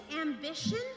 ambition